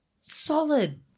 solid